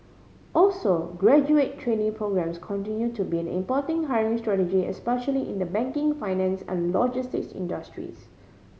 also graduate trainee programmes continue to be importanting hiring strategy especially in the banking finance and logistics industries